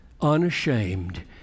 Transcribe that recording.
unashamed